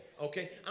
Okay